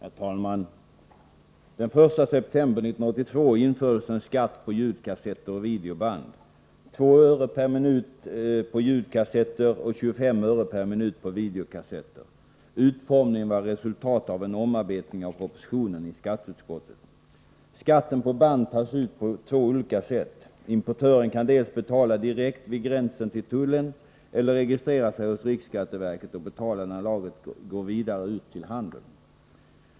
Herr talman! Den 1 september 1982 infördes en skatt på ljudkassetter och videoband — 2 öre per minut på ljudkassetter och 25 öre per minut på videokassetter. Utformningen av skatten var resultatet av en omarbetning av propositionen i skatteutskottet. Skatten på band tas ut på två olika sätt. Importören kan antingen betala direkt vid gränsen till tullen eller registrera sig hos riksskatteverket och betala när lagret går vidare ut till handeln.